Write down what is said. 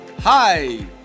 Hi